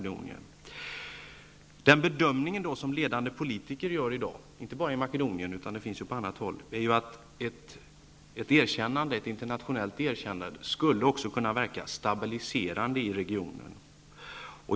Den bedömning som ledande politiker i dag gör — inte bara i Makedonien utan även på annat håll — är att ett inernationellt erkännande också skulle kunna verka stabiliserande i regionen.